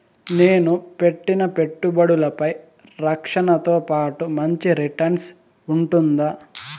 నేను పెట్టిన పెట్టుబడులపై రక్షణతో పాటు మంచి రిటర్న్స్ ఉంటుందా?